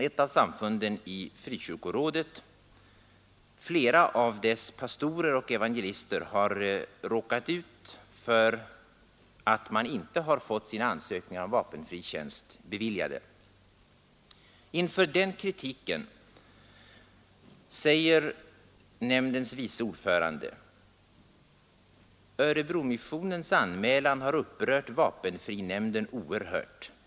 Flera pastorer och evangelister i ett av samfunden i Frikyrkorådet har råkat ut för att inte få sina ansökningar om vapenfri tjänst beviljade. Inför den kritiken säger nämndens vice ordförande: ”ÖM-anmälan har upprört vapenfrinämnden oerhört.